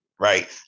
right